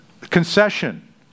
concession